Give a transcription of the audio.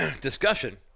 discussion